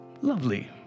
lovely